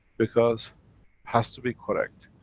because has to be correct.